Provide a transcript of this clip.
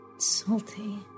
Salty